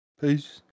peace